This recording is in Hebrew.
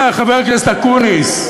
חבר הכנסת אקוניס,